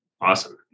Awesome